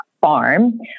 farm